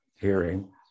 hearing